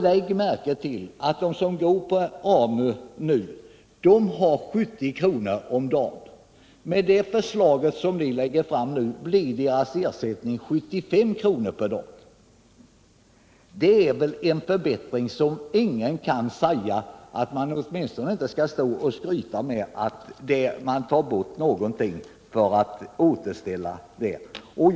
Lägg märke till att de som får AMU-bidrag nu har 70 kr. om dagen! Med det förslag som vi lägger fram blir deras ersättning 75 kr. per dag. Det är väl en förbättring, och ingen kan säga att man tar bort någonting för att nå detta resultat.